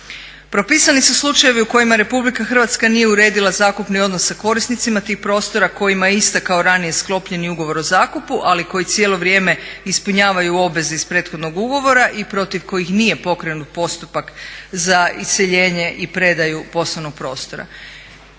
Propisani su slučajevi u kojima RH nije uredila zakupni odnos sa korisnicima tih prostora kojima je istekao ranije sklopljeni ugovor o zakupu, ali koji cijelo vrijeme ispunjavaju obveze iz prethodnog ugovora i protiv kojih nije pokrenut postupak za iseljenje i predaju poslovnog prostora.